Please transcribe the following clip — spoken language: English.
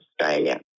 Australia